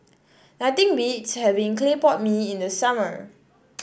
nothing beats having Clay Pot Mee in the summer